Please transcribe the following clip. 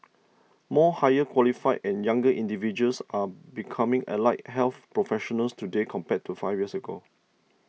more higher qualified and younger individuals are becoming allied health professionals today compared to five years ago